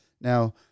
Now